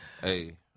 Hey